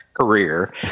career